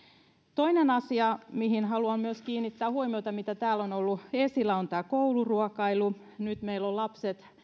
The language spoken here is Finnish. toinen asia mihin haluan myös kiinnittää huomiota ja mikä täällä on ollut esillä on kouluruokailu nyt meillä on